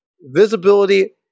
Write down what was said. visibility